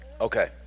Okay